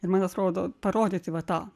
ir man atrodo parodyti va tą